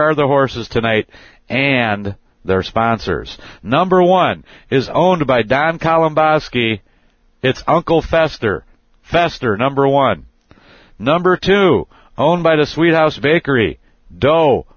are the horses tonight and their sponsors number one is owned by dime column by ski it's uncle fester fester number one number two own by the sweet house bakery do